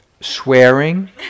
swearing